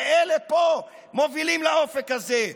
ואלה פה מובילים לאופק הזה.